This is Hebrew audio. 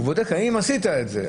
הוא בודק האם עשית את זה,